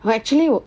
well actually 我